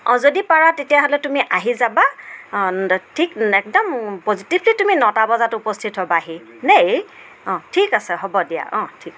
অঁ যদি পাৰা তেতিয়াহ'লে তুমি আহি যাবা অঁ ঠিক একদম পজিটিভলি তুমি নটা বজাত উপস্থিত হ'বাহি দেই অঁ ঠিক আছে হ'ব দিয়া অঁ ঠিক আছে